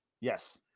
Yes